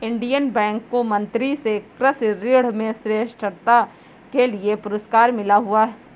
Indian Bank को मंत्री से कृषि ऋण में श्रेष्ठता के लिए पुरस्कार मिला हुआ हैं